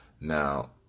Now